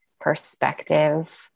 perspective